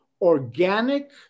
organic